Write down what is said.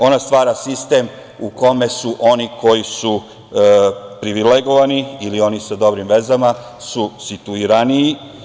Ona stvara sistem u kome su oni koji su privilegovani ili oni sa dobrim vezama situiraniji.